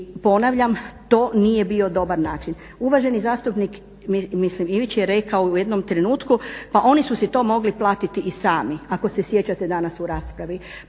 i ponavljam to nije bio dobar način. Uvaženi zastupnik mislim Ivić je rekao u jednom trenutku pa oni su si to mogli platiti i sami, ako se sjećate danas u raspravi,